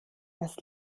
was